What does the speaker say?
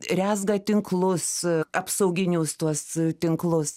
rezga tinklus apsauginius tuos tinklus